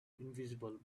invisible